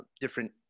different